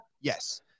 Yes